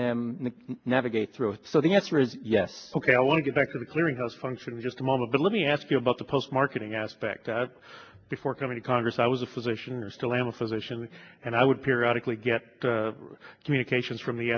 them navigate through it so the answer is yes ok i want to get back to the clearinghouse function just a moment but let me ask you about the post marketing aspect that before coming to congress i was a physician or still am a physician and i would periodically get communications from the